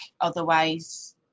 otherwise